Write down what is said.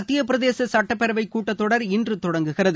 மத்திய பிரதேச சட்டப்பேரவை கூட்டத் தொடர் இன்று தொடங்குகிறது